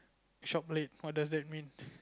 shop late what does that mean